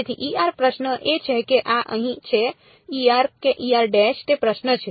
તેથી પ્રશ્ન એ છે કે આ અહીં છે કે તે પ્રશ્ન છે